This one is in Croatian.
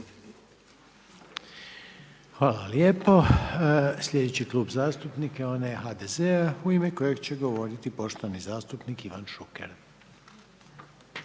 Hvala lijepo. Slijedeći Klub zastupnika onaj HDZ-a u ime kojeg će govoriti pošteni zastupnik Ivan Šuker.